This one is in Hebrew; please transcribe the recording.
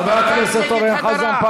חבר הכנסת אורן חזן.